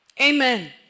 Amen